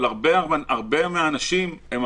אבל בהרבה מקרים אין